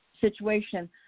situation